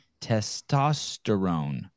testosterone